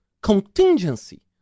contingency